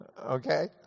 Okay